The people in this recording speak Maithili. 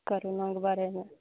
करोनाके बारेमे